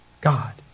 God